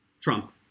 Trump